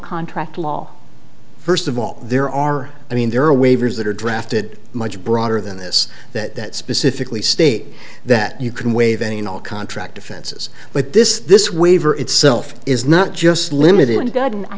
contract law first of all there are i mean there are waivers that are drafted much broader than this that specifically state that you can waive any and all contract offenses but this this waiver itself is not just limited to god and i